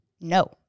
no